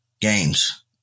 games